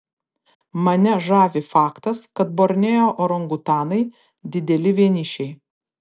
mane žavi faktas kad borneo orangutanai dideli vienišiai